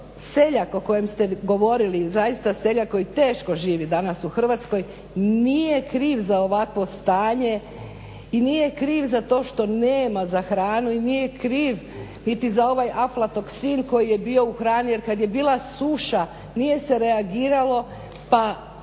seljak o kojem ste govorili, zaista seljak koji teško živi danas u Hrvatskoj nije kriv za ovakvo stanje i nije kriv za to što nema za hranu i nije kriv niti za ovaj aflatoksin koji je bio u hrani, jer kad je bila suša nije se reagirali pa,